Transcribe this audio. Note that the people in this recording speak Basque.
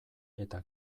eta